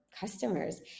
customers